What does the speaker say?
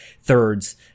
thirds